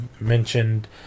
mentioned